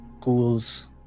ghouls